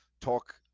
talk